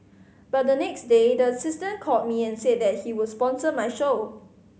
but the next day the assistant called me and said that he would sponsor my show